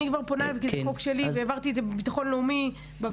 אני כבר פונה כי זה חוק שלי והעברתי את זה בביטחון לאומי בוועדה.